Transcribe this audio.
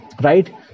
right